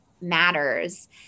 matters